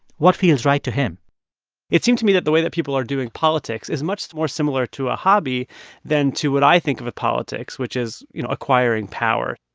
what feels right to him it seems to me that the way that people are doing politics is much more similar to a hobby than to what i think of with politics, which is, you know, acquiring power